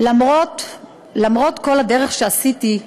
למרות כל הדרך שעשיתי,